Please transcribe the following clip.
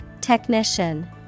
Technician